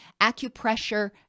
Acupressure